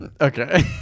okay